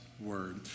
word